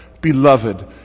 Beloved